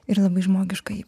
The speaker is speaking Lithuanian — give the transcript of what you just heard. ir labai žmogiškai